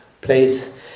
place